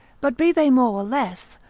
but be they more or less,